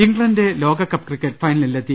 England ലോകകപ്പ് cricket ഫൈനലിലെത്തി